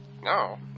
No